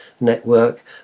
network